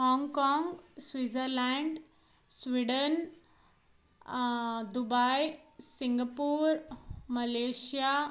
Hong Kong Switzerland Sweden Dubai Singapore Malaysia